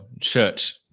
Church